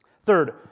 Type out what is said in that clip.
Third